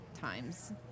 times